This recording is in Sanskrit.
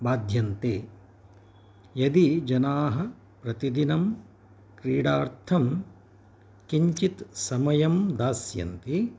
बाध्यन्ते यदि जनाः प्रतिदिनं क्रीडार्थं किञ्चित् समयं दास्यन्ति